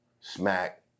Smack